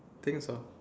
think so